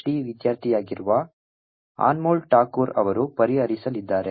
D ವಿದ್ಯಾರ್ಥಿಯಾಗಿರುವ ಅನ್ಮೋಲ್ ಟಾಕೂರ್ ಅವರು ಪರಿಹರಿಸಲಿದ್ದಾರೆ